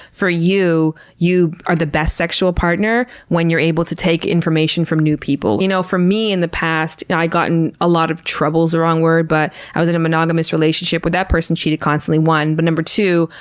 for you, you are the best sexual partner when you're able to take information from new people. you know for me in the past, and i got in a lot of trouble is wrong word but i was in a monogamous relationship where that person cheated constantly, for one, but number two,